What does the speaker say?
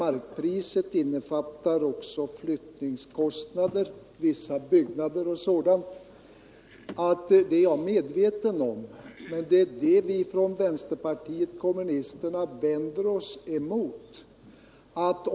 Jag hade tidigare ingen rätt till ytterligare genmäle, och därför vill jag säga nu att det är jag medveten om. Men det är just det som vi från vänsterpartiet kommunisterna vänder oss mot.